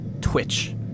twitch